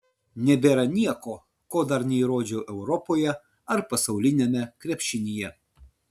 nebėra nieko ko dar neįrodžiau europoje ar pasauliniame krepšinyje